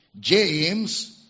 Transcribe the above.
James